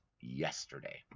yesterday